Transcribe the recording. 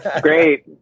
Great